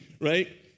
Right